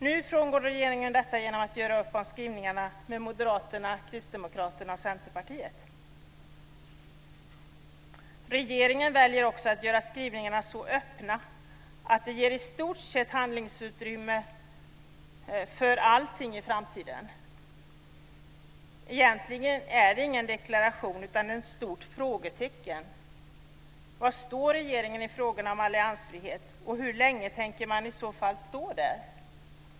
Nu frångår regeringen detta genom att göra upp om skrivningarna med Moderaterna, Kristdemokraterna och För det andra väljer regeringen också att göra skrivningarna så öppna att de ger ett handlingsutrymme för i stort sett allting i framtiden. Egentligen är det ingen deklaration utan ett stort frågetecken. Var står regeringen i frågorna om alliansfrihet, och hur länge tänker man hålla fast vid den ståndpunkten?